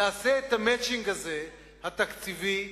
תעשה את ה"מצ'ינג" התקציבי הזה,